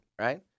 right